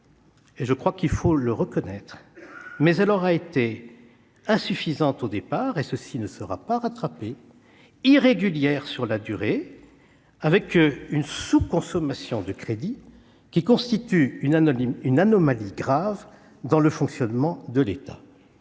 est réelle, il faut le reconnaître, mais elle aura été insuffisante au départ- cela ne sera pas rattrapé -, irrégulière sur la durée, avec une sous-consommation de crédits qui constitue une anomalie grave dans le fonctionnement de l'État.